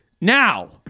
Now